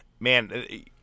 Man